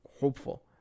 hopeful